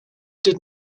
did